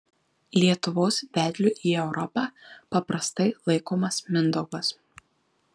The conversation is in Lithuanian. lietuvos vedliu į europą paprastai laikomas mindaugas